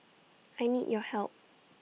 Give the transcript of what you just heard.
I need your help